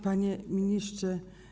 Panie Ministrze!